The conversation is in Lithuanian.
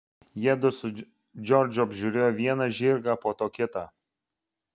jiedu su džordžu apžiūrėjo vieną žirgą po to kitą